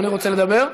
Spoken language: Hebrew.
אדוני רוצה לדבר?